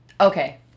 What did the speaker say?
okay